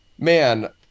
man